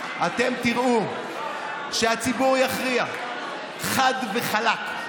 אתם תראו שהציבור יכריע חד וחלק: